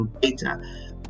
data